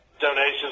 donations